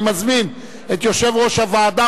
אני מזמין את יושב-ראש הוועדה,